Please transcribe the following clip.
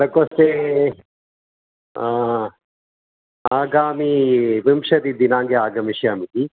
प्रकोष्ठे आगामि विंशतिदिनाङ्के आगमिष्यामि